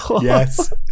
yes